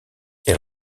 elle